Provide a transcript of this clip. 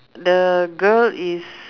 the girl is